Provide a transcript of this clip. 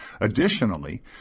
Additionally